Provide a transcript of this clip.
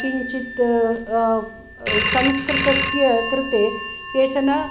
किञ्चित् संस्कृतस्य कृते केचन